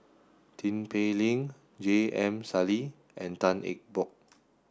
Tin Pei Ling J M Sali and Tan Eng Bock